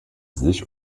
sich